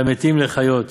והמתים להחיות,